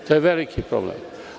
To je veliki problem.